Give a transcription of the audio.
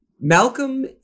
Malcolm